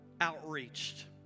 outreached